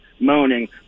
moaning